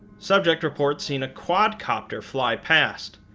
subject reports seeing a quad-copter fly past,